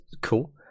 Cool